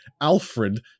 Alfred